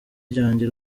ryanjye